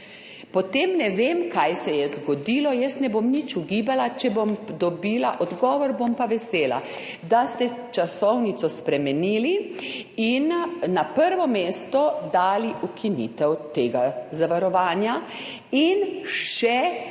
Potem ne vem, kaj se je zgodilo – jaz ne bom nič ugibala, če bom dobila odgovor, bom pa vesela – da ste časovnico spremenili in na prvo mesto dali ukinitev tega zavarovanja in še